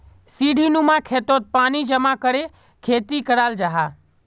सीढ़ीनुमा खेतोत पानी जमा करे खेती कराल जाहा